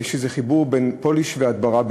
יש איזה חיבור בין פוליש והדברה,